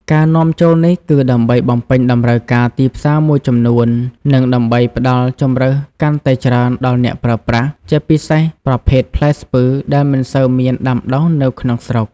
ការនាំចូលនេះគឺដើម្បីបំពេញតម្រូវការទីផ្សារមួយចំនួន និងដើម្បីផ្ដល់ជម្រើសកាន់តែច្រើនដល់អ្នកប្រើប្រាស់ ជាពិសេសប្រភេទផ្លែស្ពឺដែលមិនសូវមានដាំដុះនៅក្នុងស្រុក។